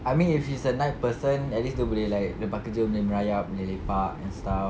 I mean if she's a night person at least dia boleh like lepas kerja boleh merayap boleh lepak and stuff